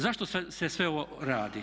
Zašto se sve ovo radi?